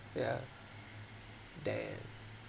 yeah damn